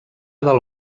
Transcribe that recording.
del